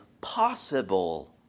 possible